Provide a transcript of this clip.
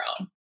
own